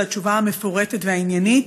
על התשובה המפורטת והעניינית.